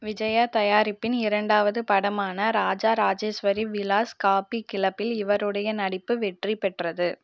விஜயா தயாரிப்பின் இரண்டாவது படமான ராஜா ராஜேஸ்வரி விலாஸ் காபி கிளப்பில் இவருடைய நடிப்பு வெற்றி பெற்றது